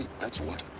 that's what